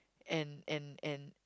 and and and